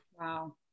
Wow